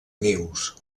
nius